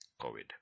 COVID